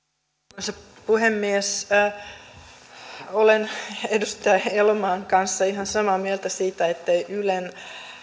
arvoisa puhemies olen edustaja elomaan kanssa ihan samaa mieltä siitä ettei ylen